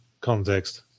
context